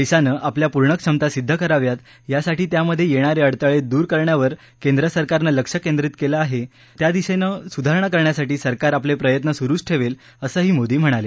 देशानं आपल्या पूर्ण क्षमता सिद्ध कराव्यात यासाठी त्यामध्ये येणारे अडथळे दूर करण्यावर केंद्र सरकारनं लक्ष्य केंद्रित केलं आहे त्या दिशेनं सुधारणा करण्यासाठी सरकार आपले प्रयत्न सुरुच ठेवल असंही मोदी म्हणाले